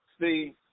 See